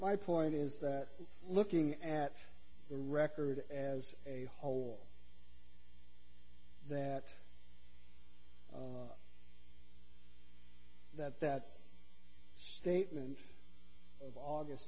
my point is that looking at the record as a whole that that that statement of august